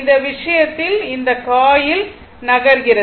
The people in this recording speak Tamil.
இந்த விஷயத்தில் இந்த காயில் நகர்கிறது